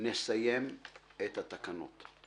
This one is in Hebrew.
נסיים את התקנות.